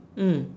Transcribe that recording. mm